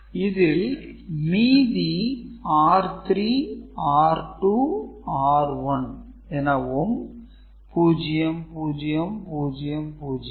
இதில் மீதி r3 r2 r1 எனவும் 0 0 0 0